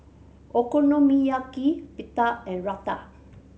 Okonomiyaki Pita and Raita